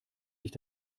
sich